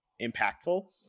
impactful